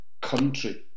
country